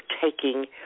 taking